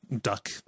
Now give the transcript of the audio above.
duck